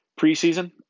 preseason